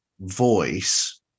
voice